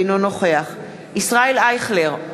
אינו נוכח ישראל אייכלר,